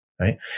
right